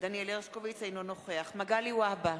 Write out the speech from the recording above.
אינו נוכח מגלי והבה,